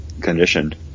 Conditioned